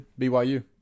BYU